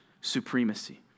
supremacy